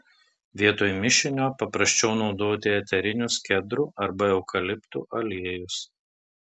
vietoje mišinio paprasčiau naudoti eterinius kedrų arba eukaliptų aliejus